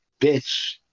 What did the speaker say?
bitch